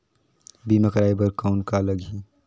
बीमा कराय बर कौन का लगही?